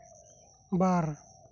ᱵᱟᱨ